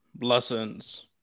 lessons